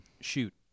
Shoot